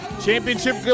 Championship